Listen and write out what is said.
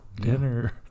dinner